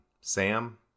Sam